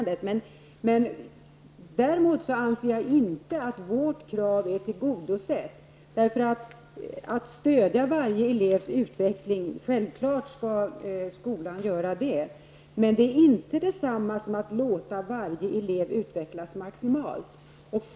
Däremot anser jag inte att vårt krav är tillgodosett. Självklart skall skolan stödja varje elevs utveckling, men det är inte detsamma som att låta varje elev utvecklas maximalt.